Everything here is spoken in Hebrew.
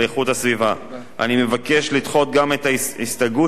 אני מבקש לדחות גם את ההסתייגויות של חברי סיעת חד"ש.